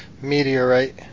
meteorite